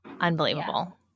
Unbelievable